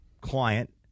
client